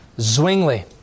Zwingli